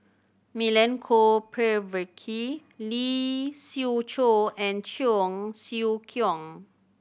Milenko Prvacki Lee Siew Choh and Cheong Siew Keong